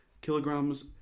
kilograms